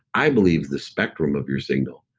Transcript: i believe the spectrum of your signal.